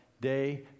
day